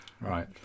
Right